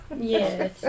Yes